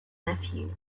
nephew